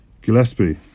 Gillespie